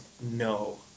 no